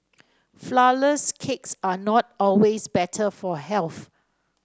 flourless cakes are not always better for health